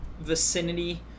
vicinity